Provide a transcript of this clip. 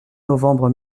novembre